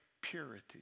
purity